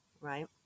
right